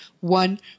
one